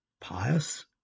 pious